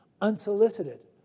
unsolicited